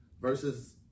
versus